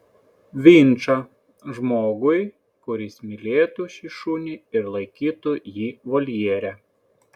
vinčą žmogui kuris mylėtų šį šunį ir laikytų jį voljere